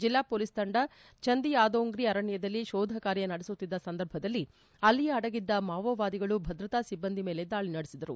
ಜಿಲ್ಲಾ ಮೊಲೀಸ್ ತಂಡ ಚಂದಿಯಾದೋಂಗ್ರಿ ಅರಣ್ಣದಲ್ಲಿ ಶೋಧ ಕಾರ್ತ ನಡೆಸುತ್ತಿದ್ದ ಸಂದರ್ಭದಲ್ಲಿ ಅಲ್ಲಿಯೇ ಅಡಗಿದ್ದ ಮಾವೋವಾದಿಗಳು ಭದ್ರತಾ ಸಿಬ್ಲಂದಿ ಮೇಲೆ ದಾಳ ನಡೆಸಿದರು